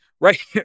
Right